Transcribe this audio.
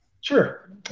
Sure